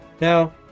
Now